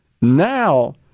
now